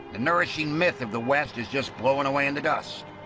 the nourishing myth of the west is just blowing away in the dust.